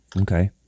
Okay